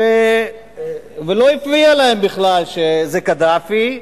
ולא הפריע להם בכלל שזה קדאפי.